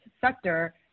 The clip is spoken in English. sector